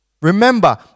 Remember